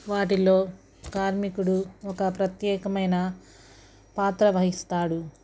వాటిలో కార్మికుడు ఒక ప్రత్యేకమైన పాత్ర వహిస్తాడు